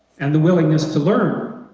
and the willingness to learn